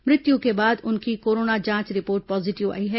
मृत्यु के बाद उनकी कोरोना जांच रिपोर्ट पॉजीटिव आई है